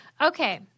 Okay